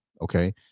Okay